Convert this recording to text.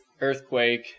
earthquake